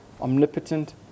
omnipotent